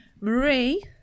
Marie